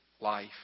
life